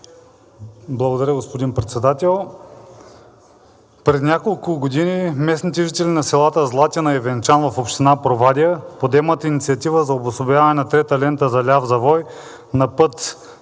Благодаря, господин председател.